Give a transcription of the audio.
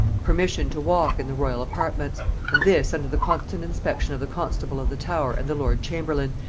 permission to walk in the royal apartments and this under the constant inspection of the constable of the tower and the lord-chamberlain,